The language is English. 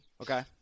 Okay